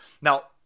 Now